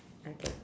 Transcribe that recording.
okay